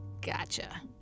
Gotcha